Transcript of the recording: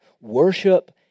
Worship